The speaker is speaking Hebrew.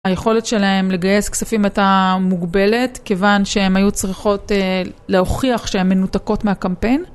היכולת שלהם לגייס כספים הייתה מוגבלת כיוון שהן היו צריכות להוכיח שהן מנותקות מהקמפיין.